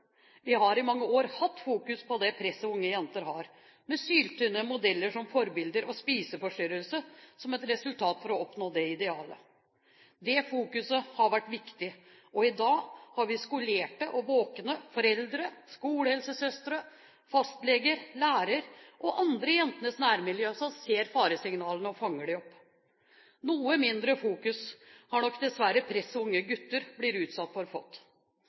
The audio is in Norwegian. Vi har i mange år fokusert på det presset unge jenter har, med syltynne modeller som forbilder og spiseforstyrrelse som resultat for å oppnå det idealet. Det fokuset har vært viktig, og i dag har vi skolerte og våkne foreldre, skolehelsesøstre, fastleger, lærere og andre i jentenes nærmiljø som ser faresignalene og fanger dem opp. Noe mindre fokusering har det nok dessverre vært på det presset unge gutter blir utsatt for.